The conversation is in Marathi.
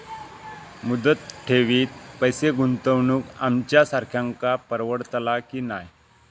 मुदत ठेवीत पैसे गुंतवक आमच्यासारख्यांका परवडतला की नाय?